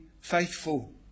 faithful